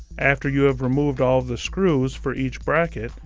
after you have removed all of the screws for each bracket,